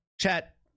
Chat